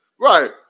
Right